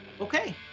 Okay